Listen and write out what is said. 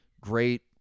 great